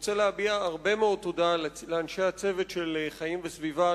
אני רוצה להביע הרבה מאוד תודה לאנשי הצוות של "חיים וסביבה"